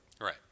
Right